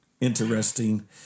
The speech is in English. interesting